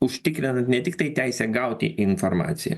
užtikrinant ne tiktai teisę gauti informaciją